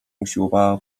usiłowała